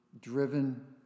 driven